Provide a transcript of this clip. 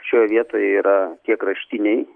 šioje vietoje yra tie kraštiniai